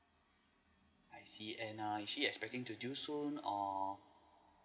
I see and err she expecting to due soon or